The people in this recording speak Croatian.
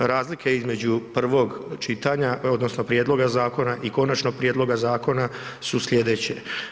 Razlike između prvo čitanja odnosno prijedloga zakona i konačnog prijedloga zakona su slijedeće.